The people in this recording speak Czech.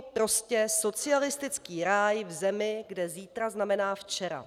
Prostě socialistický ráj v zemi, kde zítra znamená včera.